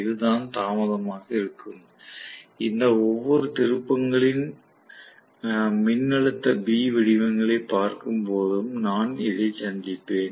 இது தான் தாமதமாக இருக்கும் இந்த ஒவ்வொரு திருப்பங்களின் மின்னழுத்த B வடிவங்களை பார்க்கும்போதும் நான் இதை சந்திப்பேன்